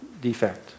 defect